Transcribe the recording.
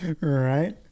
Right